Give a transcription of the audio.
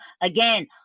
Again